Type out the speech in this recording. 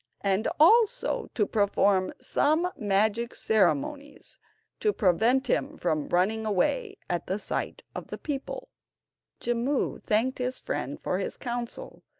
and also to perform some magic ceremonies to prevent him from running away at the sight of the people jimmu thanked his friend for his counsel,